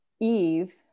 Eve